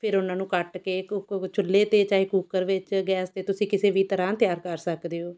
ਫਿਰ ਉਹਨਾਂ ਨੂੰ ਕੱਟ ਕੇ ਕੁੱਕਰ ਚੁੱਲ੍ਹੇ 'ਤੇ ਚਾਹੇ ਕੁੱਕਰ ਵਿੱਚ ਗੈਸ 'ਤੇ ਤੁਸੀਂ ਕਿਸੇ ਵੀ ਤਰ੍ਹਾਂ ਤਿਆਰ ਕਰ ਸਕਦੇ ਹੋ